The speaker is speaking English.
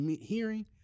Hearing